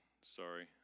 Sorry